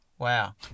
Wow